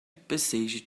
passage